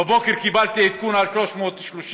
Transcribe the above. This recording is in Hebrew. בבוקר קיבלתי עדכון על 330,